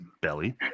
belly